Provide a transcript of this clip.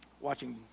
watching